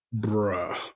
Bruh